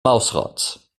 mausrads